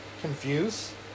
confuse